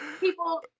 People